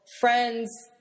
friends